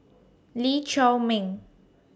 Lee Chiaw Meng